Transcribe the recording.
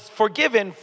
forgiven